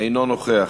אינו נוכח.